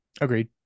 Agreed